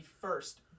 first